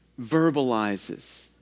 verbalizes